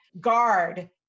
guard